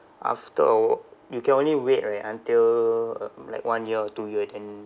after or you can only wait right until uh like one year two year then